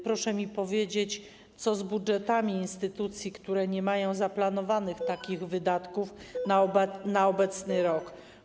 Proszę mi powiedzieć, co z budżetami instytucji, które nie mają zaplanowanych takich wydatków na obecny rok.